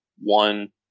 one